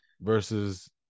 versus